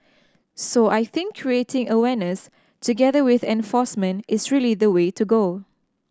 so I think creating awareness together with enforcement is really the way to go